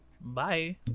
Bye